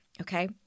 okay